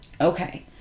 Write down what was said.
Okay